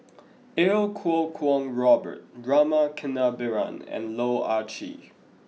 Iau Kuo Kwong Robert Rama Kannabiran and Loh Ah Chee